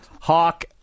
Hawk